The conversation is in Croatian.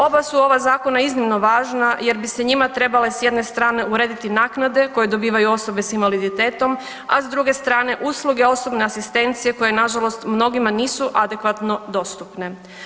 Oba su ova zakona iznimno važna jer bi se njima trebale s jedne strane urediti naknade koje dobivaju osobe sa invaliditetom a s druge strane, usluge osobne asistencije koje nažalost mnogima nisu adekvatno dostupne.